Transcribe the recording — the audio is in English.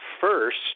first